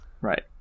Right